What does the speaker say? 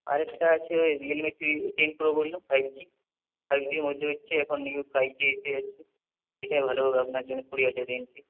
আরেকটা আছে ওই রিয়েলমি থ্রি টেন প্রো বললাম ফাইভ জি ফাইভ জির মধ্যে হচ্ছে এখন নিউ ফাইভ জি এসে গেছে এটা ভালো হবে আপনার জন্য কুড়ি হাজার রেঞ্জে